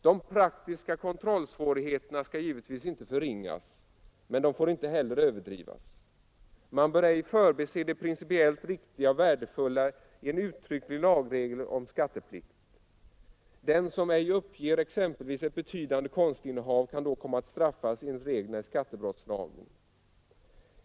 De praktiska kontrollsvårigheterna skall givetvis inte förringas, men de får inte heller överdrivas. Man bör ej förbise det principiellt riktiga och värdefulla i en uttrycklig lagregel om skatteplikt. Den som ej uppger exempelvis ett betydande konstinnehav kan då komma att straffas enligt reglerna i skattebrottslagen.